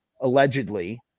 allegedly